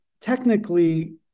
technically